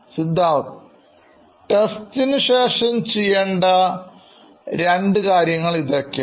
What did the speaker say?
Siddharth ടെസ്റ്റിനുശേഷം ചെയ്യേണ്ട രണ്ടു കാര്യങ്ങൾ ഇതൊക്കെയാണ്